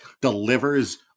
delivers